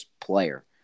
player